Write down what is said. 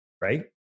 right